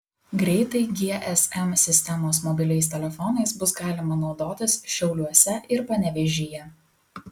greitai gsm sistemos mobiliais telefonais bus galima naudotis šiauliuose ir panevėžyje